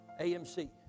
AMC